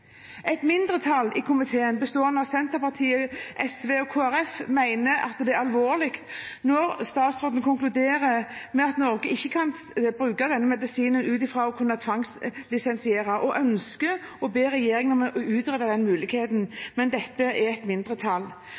Et mindretall i komiteen, bestående av Senterpartiet, SV og Kristelig Folkeparti, mener det er alvorlig når statsråden konkluderer med at Norge ikke kan tvangslisensiere denne medisinen, og ønsker å be regjeringen om å utrede den muligheten. Men dette er altså et mindretall.